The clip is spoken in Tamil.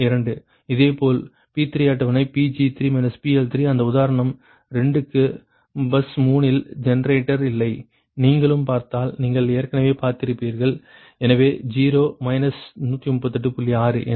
இதேபோல் P3 அட்டவணை Pg3 PL3 அந்த உதாரணம் 2 க்கு பஸ் 3 இல் ஜெனரேட்டர் இல்லை நீங்களும் பார்த்தால் நீங்கள் ஏற்கனவே பார்த்திருப்பீர்கள் எனவே 0 138